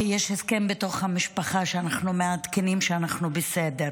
כי יש הסכם בתוך המשפחה שאנחנו מעדכנים שאנחנו בסדר.